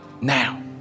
now